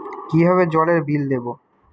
কিভাবে জলের বিল দেবো?